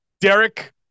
Derek